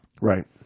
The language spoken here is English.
Right